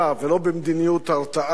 ולא במדיניות הרתעה,